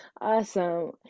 Awesome